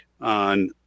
on